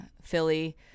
Philly